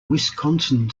wisconsin